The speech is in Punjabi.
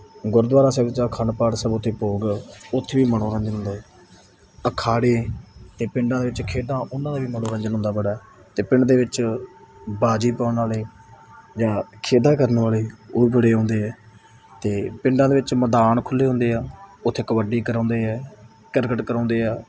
ਗੁਰਦੁਆਰਾ ਸਾਹਿਬ 'ਚ ਅਖੰਡ ਪਾਠ ਸਾਹਿਬ ਉੱਥੇ ਭੋਗ ਉੱਥੇ ਵੀ ਮਨੋਰੰਜਨ ਹੁੰਦਾ ਅਖਾੜੇ 'ਤੇ ਪਿੰਡਾਂ ਦੇ ਵਿੱਚ ਖੇਡਾਂ ਉਹਨਾਂ ਦਾ ਵੀ ਮਨੋਰੰਜਨ ਹੁੰਦਾ ਬੜਾ ਅਤੇ ਪਿੰਡ ਦੇ ਵਿੱਚ ਬਾਜੀ ਪਾਉਣ ਵਾਲੇ ਜਾਂ ਖੇਡਾ ਕਰਨ ਵਾਲੇ ਉਹ ਬੜੇ ਆਉਂਦੇ ਆ ਅਤੇ ਪਿੰਡਾਂ ਦੇ ਵਿੱਚ ਮੈਦਾਨ ਖੁੱਲ੍ਹੇ ਹੁੰਦੇ ਆ ਉੱਥੇ ਕਬੱਡੀ ਕਰਵਾਉਂਦੇ ਆ ਕਿਰਕਟ ਕਰਵਾਉਂਦੇ ਆ